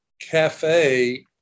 cafe